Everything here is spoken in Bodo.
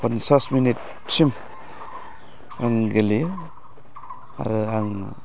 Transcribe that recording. पन्सास मिनिटसिम आं गेलेयो आरो आङो